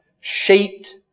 shaped